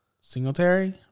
Singletary